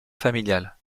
familial